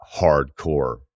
hardcore